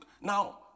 Now